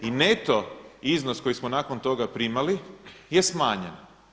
I neto iznos koji smo nakon toga primali je smanjen.